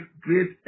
great